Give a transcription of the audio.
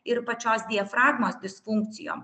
ir pačios diafragmos disfunkcijom